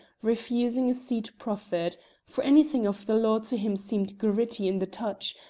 refusing a seat proffered for anything of the law to him seemed gritty in the touch,